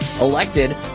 elected